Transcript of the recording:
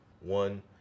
One